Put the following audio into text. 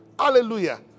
Hallelujah